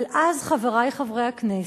אבל אז, חברי חברי הכנסת,